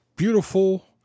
beautiful